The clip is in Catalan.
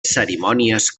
cerimònies